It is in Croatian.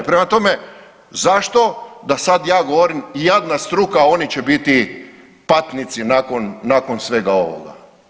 Prema tome, zašto da sad ja govorim jadna struka oni će biti patnici nakon, nakon svega ovoga.